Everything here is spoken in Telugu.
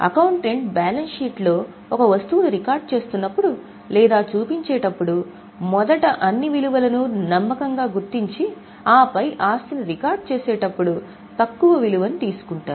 అకౌంటెంట్ బ్యాలెన్స్ షీట్లో ఒక వస్తువును రికార్డ్ చేస్తున్నప్పుడు లేదా చూపించేటప్పుడు మొదట అన్ని విలువలను నమ్మకంగా గుర్తించి ఆపై ఆస్తిని రికార్డ్ చేసేటప్పుడు తక్కువ విలువను తీసుకుంటారు